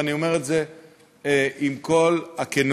ואני אומר את זה בכל הכנות.